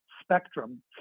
spectrum